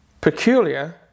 peculiar